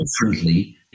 differently